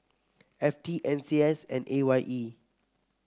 F T N C S and A Y E